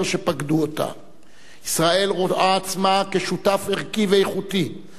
ישראל רואה עצמה שותף ערכי ואיכותי באתגרי הפיתוח של אפריקה.